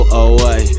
away